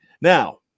Now